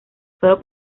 sólo